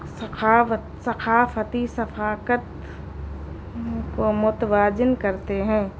سخاوت ثقافتی ثفافت کو متوازن کرتے ہیں